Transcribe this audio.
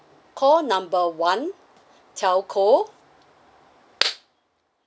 call number one telco